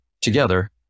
together